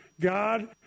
God